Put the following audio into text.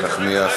איילת נחמיאס.